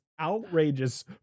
outrageous